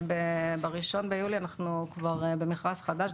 בראשון ביולי אנחנו כבר במכרז חדש.